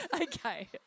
Okay